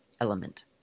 element